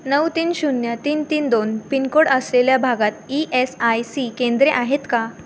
नऊ तीन शून्य तीन तीन दोन पिनकोड असलेल्या भागात ई एस आय सी केंद्रे आहेत का